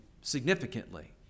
significantly